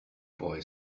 boy